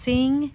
Sing